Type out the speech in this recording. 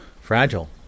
fragile